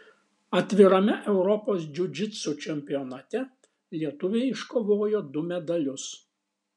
atvirame europos džiudžitsu čempionate lietuviai iškovojo du medalius